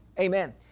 Amen